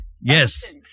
Yes